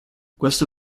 questo